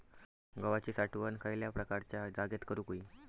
गव्हाची साठवण खयल्या प्रकारच्या जागेत करू होई?